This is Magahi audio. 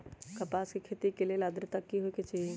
कपास के खेती के लेल अद्रता की होए के चहिऐई?